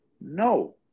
no